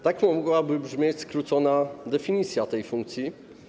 Tak mogłaby brzmieć skrócona definicja tej funkcji.